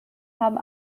haben